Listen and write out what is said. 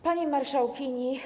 Pani Marszałkini!